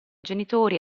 genitori